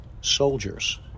soldiers